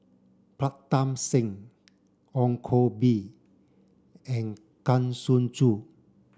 Pritam Singh Ong Koh Bee and Kang Siong Joo